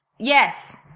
Yes